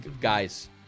guys